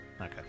Okay